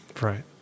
Right